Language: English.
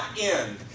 end